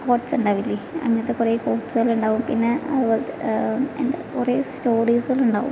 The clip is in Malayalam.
കോട്സ് ഉണ്ടാവില്ലേ അങ്ങനത്തെ കുറേ കോട്സ്കളുണ്ടാവും പിന്നെ അതുപോലത്തെ എന്താ കുറേ സ്റ്റോറീസുകൾ ഉണ്ടാവും